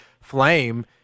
flame